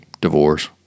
Divorce